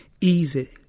easy